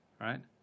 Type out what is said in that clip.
right